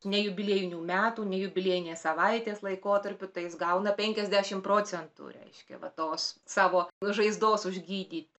ne jubiliejinių metų ne jubiliejinės savaitės laikotarpiu tai jis gauna penkiasdešimt procentų reiškia va tos savo žaizdoms užgydyti